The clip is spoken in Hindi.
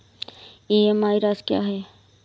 ई.एम.आई राशि क्या है?